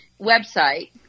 website